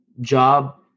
job